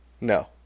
No